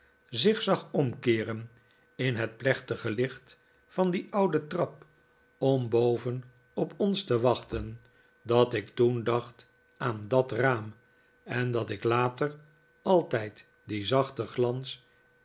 liefkoozing zag omkeeren in het plechtige licht van die oude trap om boven op ons te wachten dat ik toen dacht aan dat raam en dat ik later altijd dien zachten glans